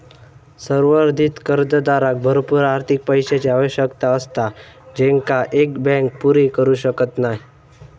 संवर्धित कर्जदाराक भरपूर अधिक पैशाची आवश्यकता असता जेंका एक बँक पुरी करू शकत नाय